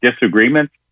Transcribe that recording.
disagreements